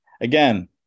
again